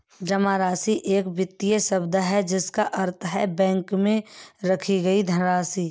जमा राशि एक वित्तीय शब्द है जिसका अर्थ है बैंक में रखी गई धनराशि